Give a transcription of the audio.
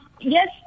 yes